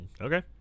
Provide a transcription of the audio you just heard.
Okay